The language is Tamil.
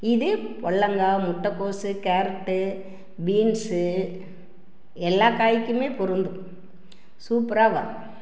இது புடலங்கா முட்டைக்கோசு கேரட்டு பீன்ஸு எல்லா காய்க்குமே பொருந்தும் சூப்பராகருக்கும்